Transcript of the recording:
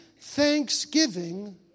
thanksgiving